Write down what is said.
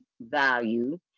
value